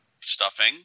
stuffing